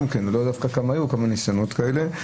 גם כן, לא דווקא כמה היו, כמה ניסיונות כאלה.